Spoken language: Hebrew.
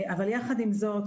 אבל יחד עם זאת,